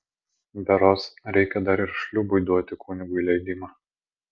berods reikia dar ir šliūbui duoti kunigui leidimą